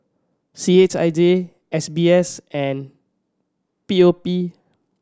C H I J S B S and P O P